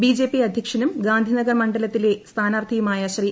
BJP അധ്യക്ഷനും ഗാന്ധിനഗർ മണ്ഡലത്തിലെ സ്ഥാനാർത്ഥിയുമായ ശ്രീ